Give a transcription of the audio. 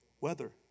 Weather